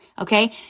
okay